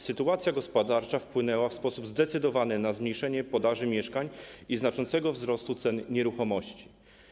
Sytuacja gospodarcza wpłynęła w sposób zdecydowany na zmniejszenie podaży mieszkań i znaczący wzrost cen nieruchomości.